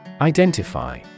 Identify